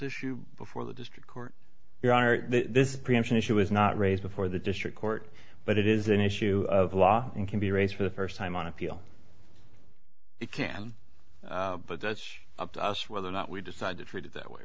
issue before the district court your honor this preemption issue was not raised before the district court but it is an issue of law and can be raised for the first time on appeal it can but that's up to us whether or not we decide to treat it that way